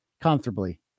comfortably